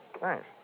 Thanks